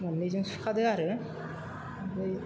मोननैजों सुखादो आरो